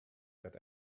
that